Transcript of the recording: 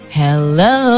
hello